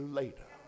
later